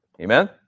Amen